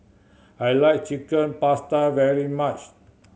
I like Chicken Pasta very much